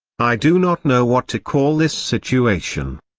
i do not know what to call this situation.